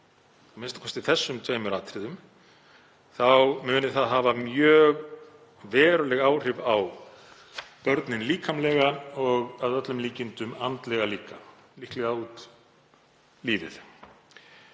við a.m.k. þessum tveimur atriðum muni það hafa mjög veruleg áhrif á börnin líkamlega og að öllum líkindum líka andlega, líklega út lífið.